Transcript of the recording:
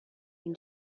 این